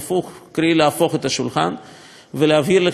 להפוך את השולחן ולהבהיר לחיפה כימיקלים